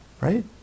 Right